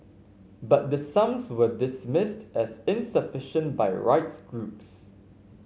but the sums were dismissed as insufficient by rights groups